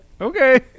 Okay